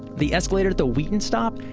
the escalator at the wheaton stop?